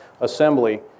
assembly